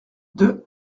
deux